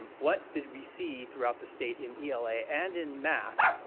um what did we see throughout the state in ela and in math?